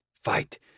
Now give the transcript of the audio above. Fight